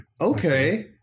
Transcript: Okay